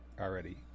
already